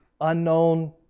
unknown